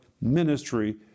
ministry